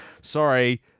Sorry